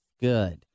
Good